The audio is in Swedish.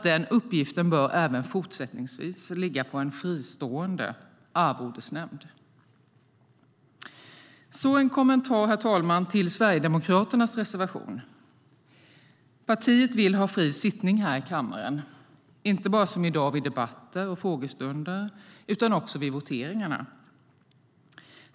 Den uppgiften bör även fortsättningsvis ligga på en fristående arvodesnämnd. Så har jag en kommentar, herr talman, till Sverigedemokraternas reservation. Partiet vill ha fri sittning i kammaren, inte bara som i dag vid debatter och frågestunder utan också vid voteringarna.